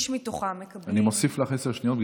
אני מוסיף לך עשר שניות.